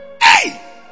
Hey